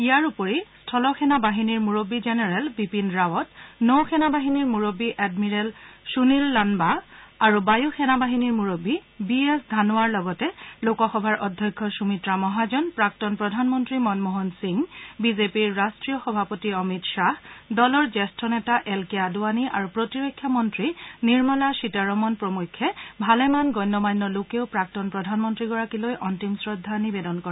ইয়াৰ উপৰি স্থলসেনাবাহিনীৰ মুৰববী জেনেৰেল বিপিন ৰাৱট নৌ সেনাবাহিনীৰ মুৰববী এডমিৰেল সুনীল লায়া আৰু বায়ু সেনাবাহিনীৰ মুৰববী বি এছ ধানোৱাৰ লগতে লোকসভাৰ অধ্যক্ষ সুমিত্ৰা মহাজন প্ৰাক্তন প্ৰধানমন্ত্ৰী মনমোহন সিং বিজেপিৰ ৰাষ্ট্ৰীয় সভাপতি অমিত খাহ দলৰ জ্যেষ্ঠ নেতা এল কে আদৱানী আৰু প্ৰতিৰক্ষা মন্ত্ৰী নিৰ্মলা সীতাৰমণ প্ৰমুখ্যে ভালেমান গণ্য মান্য লোকেও প্ৰাক্তন প্ৰধানমন্ত্ৰীগৰাকীলৈ অন্তিম শ্ৰদ্ধা নিবেদন কৰে